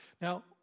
Now